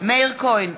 מאיר כהן,